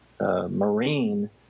Marine